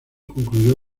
concluyó